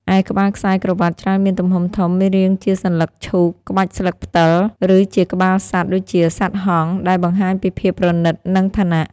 ឯក្បាលខ្សែក្រវាត់ច្រើនមានទំហំធំ មានរាងជាសន្លឹកឈូក ក្បាច់ស្លឹកផ្តិល ឬជាក្បាលសត្វ ដូចជាសត្វហង្ស ដែលបង្ហាញពីភាពប្រណីត និងឋានៈ។